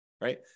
Right